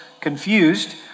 confused